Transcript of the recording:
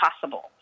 possible